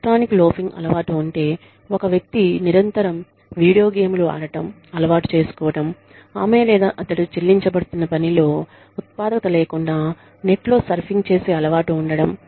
electronic loafing అలవాటు అంటే ఒక వ్యక్తి నిరంతరం వీడియో గేమ్లు ఆడటం అలవాటు చేసుకోవటం ఆమె లేదా అతడు చెల్లించబడుతున్న పనిలో ఉత్పాదకత లేకుండా నెట్లో సర్ఫింగ్ చేసే అలవాటు ఉండటం